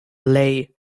lay